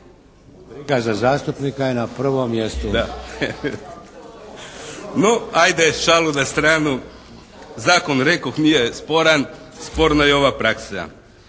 Briga za zastupnika je na prvom mjestu. **Kajin, Damir (IDS)** No ajde šalu na stranu. Zakon rekoh nije sporan. Sporna je ova praksa.